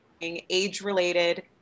age-related